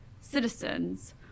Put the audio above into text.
citizens